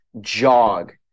jog